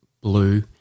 blue